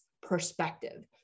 perspective